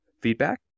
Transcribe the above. Feedback